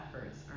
efforts